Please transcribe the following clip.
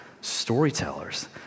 storytellers